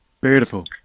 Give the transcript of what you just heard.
Beautiful